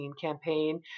campaign